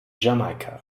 jamaika